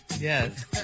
Yes